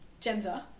gender